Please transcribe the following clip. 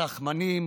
רחמנים